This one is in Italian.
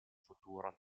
futuro